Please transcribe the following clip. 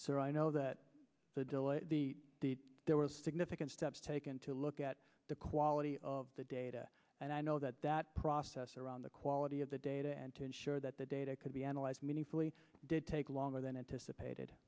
so i know that the delay there was significant steps taken to look at the quality of the data and i know that that process around the quality of the data and to ensure that the data could be analyzed meaningfully did take longer than anticipated